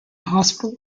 hospital